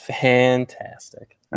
Fantastic